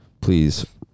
Please